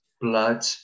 blood